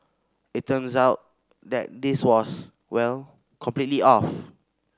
it turns out that this was well completely off